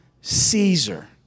Caesar